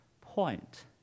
point